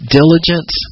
diligence